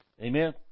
Amen